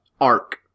arc